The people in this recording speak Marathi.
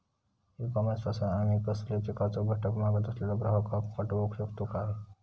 ई कॉमर्स पासून आमी कसलोय पिकाचो घटक मागत असलेल्या ग्राहकाक पाठउक शकतू काय?